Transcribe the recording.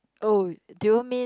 oh do you mean